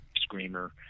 screamer